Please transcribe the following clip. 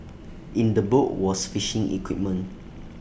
in the boat was fishing equipment